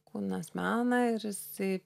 kūnas mena ir jisai